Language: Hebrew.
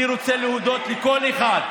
אני רוצה להודות לכל אחד,